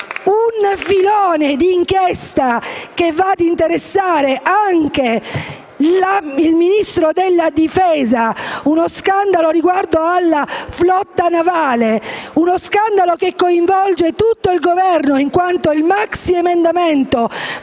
Un filone d'inchiesta che va ad interessare anche il Ministro della Difesa, uno scandalo che riguarda la flotta navale e che coinvolge tutto il Governo in quanto nel maxiemendamento